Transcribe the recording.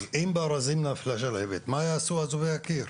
אז אם בארזים נפלה שלהבת מה יעשו אזובי הקיר?